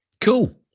Cool